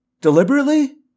Deliberately